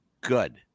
Good